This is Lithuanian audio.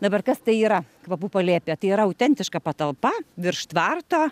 dabar kas tai yra kvapų palėpė tai yra autentiška patalpa virš tvarto